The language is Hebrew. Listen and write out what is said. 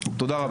תודה רבה.